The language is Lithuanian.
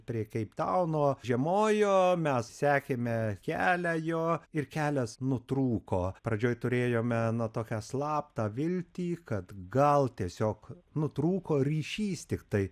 prie keiptauno žiemojo mes sekėme kelią jo ir kelias nutrūko pradžioj turėjome tokią slaptą viltį kad gal tiesiog nutrūko ryšys tiktai